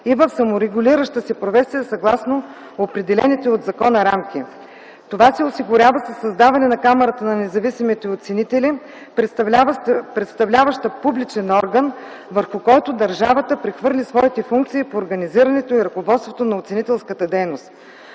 и в саморегулираща се професия, съгласно определените от закона рамки. Това се осигурява със създаване на Камарата на независимите оценители, представляваща публичен орган, върху който държавата прехвърли своите функции по организирането и ръководството на оценителската дейност.